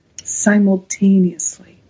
simultaneously